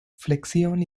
flexion